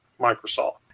Microsoft